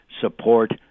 support